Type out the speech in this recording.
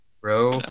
bro